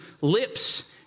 lips